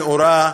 נאורה,